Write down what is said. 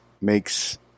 makes